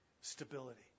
Stability